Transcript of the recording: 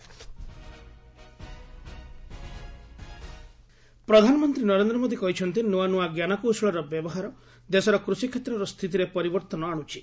PM farmers ପ୍ରଧାନମନ୍ତ୍ରୀ ନରେନ୍ଦ୍ର ମୋଦି କହିଛନ୍ତି ନୂଆ ନୂଆ ଜ୍ଞାନକୌଶଳର ବ୍ୟବହାର ଦେଶର କୃଷିକ୍ଷେତ୍ରର ସ୍ଥିତିରେ ପରିବର୍ତ୍ତନ ଆଣୁଛି